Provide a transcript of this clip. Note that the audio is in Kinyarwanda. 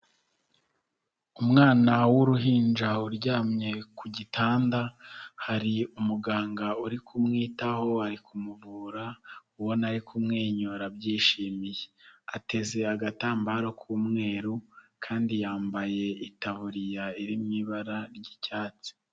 Umwana w'uruhinja uryamye ku gitanda, hari umuganga uri kumwitaho, ari kumuvura, ubona ari kumwenyura, abyishimiye. Ateze agatambaro k'umweru, kandi yambaye itaburiya iri mu ibara ry'icyatsi.